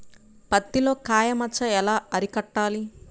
పత్తిలో కాయ మచ్చ ఎలా అరికట్టాలి?